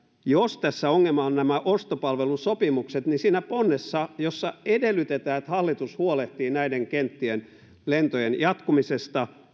jos tässä ongelma on nämä ostopalvelusopimukset niin siinä ponnessa jossa edellytetään että hallitus huolehtii näiden kenttien lentojen jatkumisesta